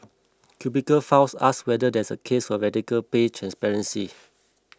Cubicle Files ask whether there's a case for radical pay transparency